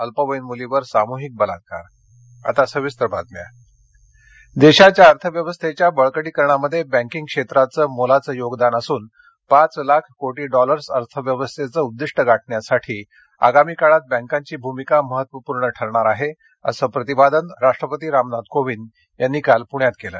राष्टपती पणेदौरा देशाच्या अर्थव्यवस्थेच्या बळकटीकरणामध्ये बँकींग क्षेत्राचं मोलाचं योगदान असून पाच लाख कोटी डॉलर्स अर्थव्यवस्थेचं उद्दिष्ट गाठण्यासाठी आगामी काळात बॅकांची भूमिका महत्वपूर्ण ठरणार आहे असं प्रतिपादन राष्ट्रपती रामनाथ कोविंद यांनी काल पुण्यात केलं